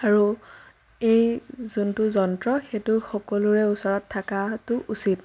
আৰু এই যিটো যন্ত্ৰ সেইটো সকলোৰে ওচৰত থকাটো উচিত